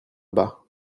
bas